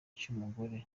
cy’umugore